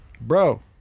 bro